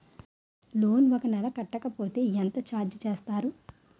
Loan ఒక నెల కట్టకపోతే ఎంత ఛార్జ్ చేస్తారు?